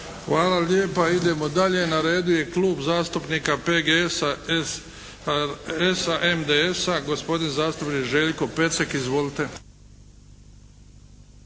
Hvala lijepa. Idemo dalje. Na redu je Klub zastupnika PGS-a, SBHS-a i MDS-a gospodin zastupnik Željko Pecek. Izvolite.